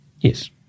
Yes